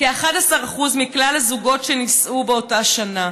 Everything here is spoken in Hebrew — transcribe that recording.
כ-11% מכלל הזוגות שנישאו באותה שנה.